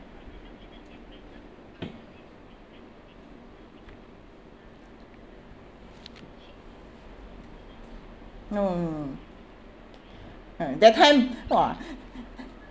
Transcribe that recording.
no no no uh that time !wah!